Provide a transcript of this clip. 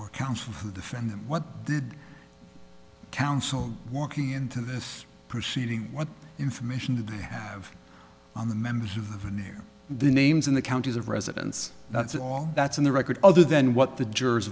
your counsel who defend them what did counsel walking into this proceeding what information did they have on the members of the veneer the names in the counties of residence that's all that's in the record other than what the jurors